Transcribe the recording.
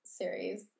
series